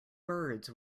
birds